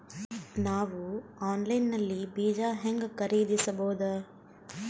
ನಾವು ಆನ್ಲೈನ್ ನಲ್ಲಿ ಬೀಜ ಹೆಂಗ ಖರೀದಿಸಬೋದ?